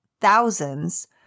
thousands